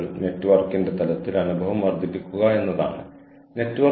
എന്നാൽ മറ്റു ചിലർ ഈ അവസരത്തിനായി പോകേണ്ടെന്ന് തീരുമാനിച്ചു